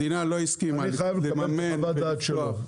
אני חייב לקבל את החוות דעת שלו,